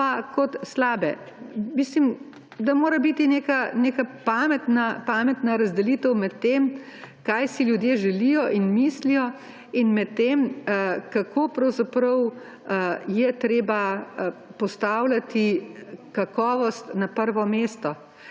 pa kot slabe. Mislim, da mora biti neka pametna razdelitev med tem, kaj si ljudje želijo in mislijo, in med tem, kako pravzaprav je treba postavljati kakovost na prvo mesto